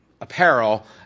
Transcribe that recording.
apparel